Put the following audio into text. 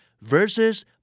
versus